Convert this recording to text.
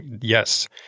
yes